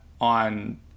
on